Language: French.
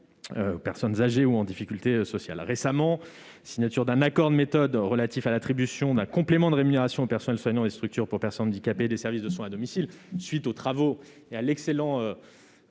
de personnes âgées ou en difficulté sociale. Récemment a été signé un accord de méthode relatif à l'attribution d'un complément de rémunération aux personnels soignants des structures pour personnes handicapées et des services de soins à domicile. Cet accord a été conclu